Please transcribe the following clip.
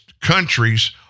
countries